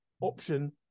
option